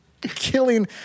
killing